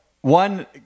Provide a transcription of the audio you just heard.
One